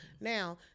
now